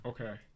Okay